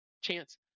chance